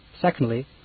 Secondly